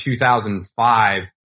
2005